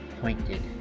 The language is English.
pointed